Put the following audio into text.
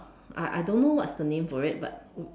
I I don't know what's the name for it but